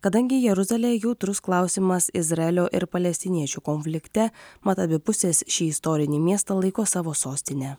kadangi jeruzalė jautrus klausimas izraelio ir palestiniečių konflikte mat abi pusės šį istorinį miestą laiko savo sostine